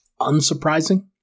unsurprising